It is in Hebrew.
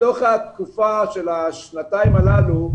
בתוך התקופה של השנתיים הללו,